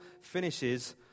finishes